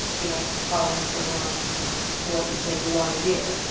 you know, following through on what you say you want to do.